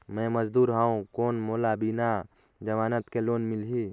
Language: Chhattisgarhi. मे मजदूर हवं कौन मोला बिना जमानत के लोन मिलही?